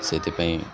ସେଥିପାଇଁ